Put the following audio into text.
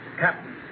Captain